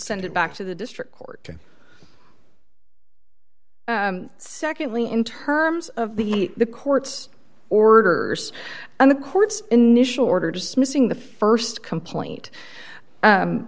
send it back to the district court secondly in terms of the the court's orders and the court's initial order dismissing the st complaint